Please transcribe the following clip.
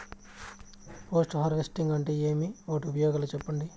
Post harvesting అంటే ఏమి? వాటి ఉపయోగాలు చెప్పండి?